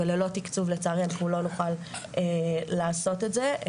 וללא תקצוב לצערי אנחנו לא נוכל לעשות את זה.